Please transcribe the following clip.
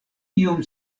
iom